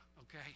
okay